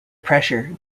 pressure